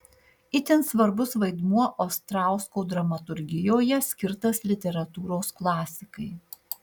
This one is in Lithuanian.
itin svarbus vaidmuo ostrausko dramaturgijoje skirtas literatūros klasikai